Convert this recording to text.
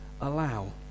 allow